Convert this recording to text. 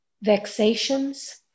vexations